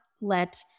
let